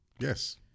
yes